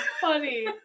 funny